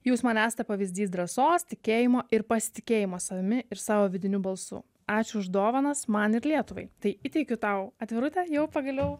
jūs man esate pavyzdys drąsos tikėjimo ir pasitikėjimo savimi ir savo vidiniu balsu ačiū už dovanas man ir lietuvai tai įteikiu tau atvirutę jau pagaliau